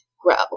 grow